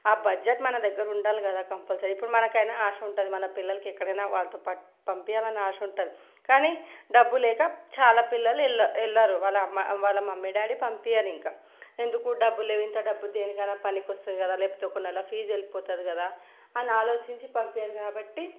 ఆ బడ్జెట్ మన దగ్గర ఉండాలి కదా కంపల్సరీ ఇప్పుడు మనకైనా ఆశ ఉంటుంది మన పిల్లలకి ఎక్కడైనా వాళ్ళతో పాటు పంపించాలని ఆశ ఉంటుంది కానీ డబ్బులేక చాలా పిల్లలు వెల్ల వెళ్ళరు వాళ్ళ వాళ్ళ మమ్మీ డాడీ పంపించరు ఇంకా ఎందుకు డబ్బు లేదు ఇంత డబ్బు దేనికైనా పనికొస్తుంది కదా లేకపోతే ఒక నెల ఫీజ్ వెళ్ళిపోతుంది కదా అని ఆలోచించి పంపించరు కాబట్టి